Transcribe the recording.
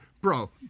bro